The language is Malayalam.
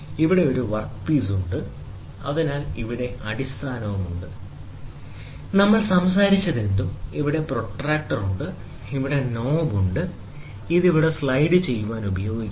ഇവിടെ ഒരു വർക്ക് പീസ് ഉണ്ട് അതിനാൽ ഇവിടെ അടിസ്ഥാനമുണ്ട് നമ്മൾ സംസാരിച്ചതെന്തും ഇവിടെ പ്രൊട്ടക്റ്റർ ഉണ്ട് ഇവിടെ നോബ് ഉണ്ട് ഇത് ഇവിടെ സ്ലൈഡുചെയ്യാൻ ഉപയോഗിക്കുന്നു